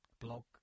blog